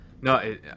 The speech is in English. no